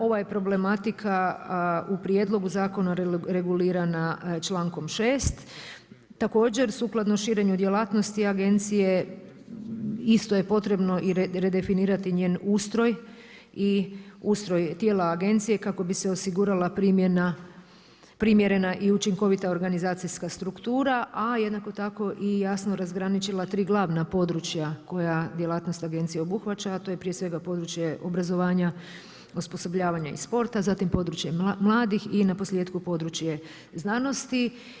Ova je problematika u prijedlogu zakona regulirana člankom 6., također sukladno sirenju djelatnosti agencije isto je potrebno i redefinirati njen ustroj i ustroj tijela agencije kako bi se osigurala primjerena i učinkovita organizacijska struktura a jednako tako i jasno razgraničila tri glavna područja koja djelatnost agencije obuhvaća a to je prije svega područje obrazovanja, osposobljavanja i sporta, zatim područje mladih i naposljetku, područje znanosti.